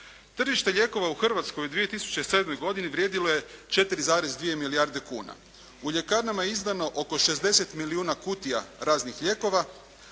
Tržište lijekova u Hrvatskoj u 2007. godini vrijedilo je 4,2 milijarde kuna. U ljekarnama je izdano oko 60 milijuna kutija raznih lijekova,